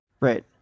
Right